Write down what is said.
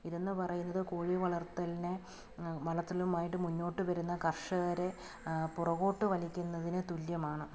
ഇതെന്ന് പറയുന്നത് കോഴി വളർത്തലിനെ വളർത്തലുമായിട്ട് മുന്നോട്ട് വരുന്ന കർഷകരെ പുറകോട്ട് വലിക്കുന്നതിന് തുല്യമാണ്